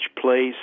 place